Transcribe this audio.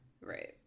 right